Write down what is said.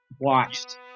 watched